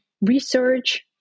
research